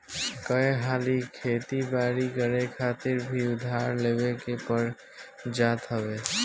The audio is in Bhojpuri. कई हाली खेती बारी करे खातिर भी उधार लेवे के पड़ जात हवे